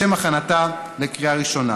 לשם הכנתה לקריאה ראשונה.